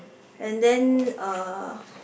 and then uh